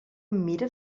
mira